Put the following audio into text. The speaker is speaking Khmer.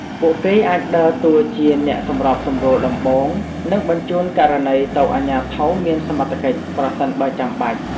ពួកគេអាចដើរតួជាអ្នកសម្របសម្រួលដំបូង និងបញ្ជូនករណីទៅអាជ្ញាធរមានសមត្ថកិច្ចប្រសិនបើចាំបាច់។